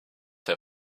herr